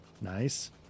Nice